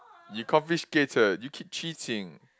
you complicated you keep cheating